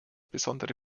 besondere